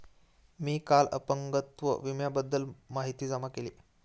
मी काल अपंगत्व विम्याबद्दल माहिती जमा केली